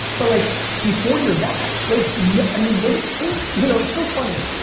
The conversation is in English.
but like before you're that, i mean where do you think, you know it's so funny.